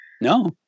No